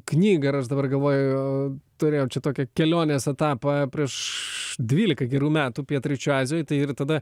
knygą ir aš dabar galvoju turėjom čia tokį kelionės etapą prieš dvylika gerų metų pietryčių azijoj tai ir tada